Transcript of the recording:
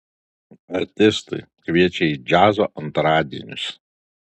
artistai kviečia į džiazo antradienius